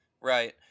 Right